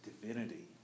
divinity